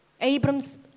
Abram's